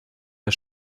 der